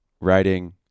writing